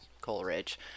Coleridge